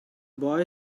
boy